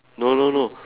no no no